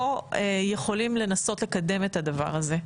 פה יכולים לקדם את הדבר הזה.